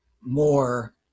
more